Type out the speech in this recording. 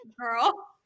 girl